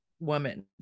woman